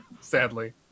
sadly